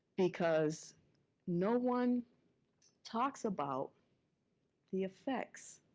because no one talks about the effects,